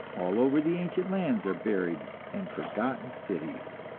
all over the ancient lands are buried and forgotten cities,